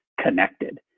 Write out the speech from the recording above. connected